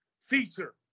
feature